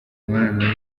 imibonano